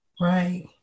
right